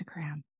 Instagram